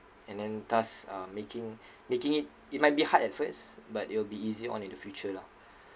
and then thus uh making making it it might be hard at first but it'll be easy on in the future lah